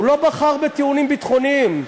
הוא לא בחר בטיעונים ביטחוניים,